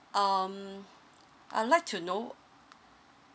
um I'd like to know